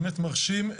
באמת מרשים.